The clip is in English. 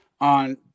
on